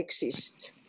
exist